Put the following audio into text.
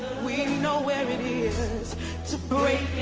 we know, where it is to break